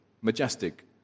Majestic